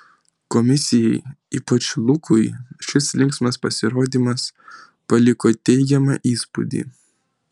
komisijai ypač lukui šis linksmas pasirodymas paliko teigiamą įspūdį